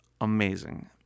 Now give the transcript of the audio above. amazing